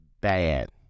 bad